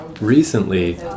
recently